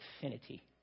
infinity